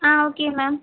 ah okay ma'am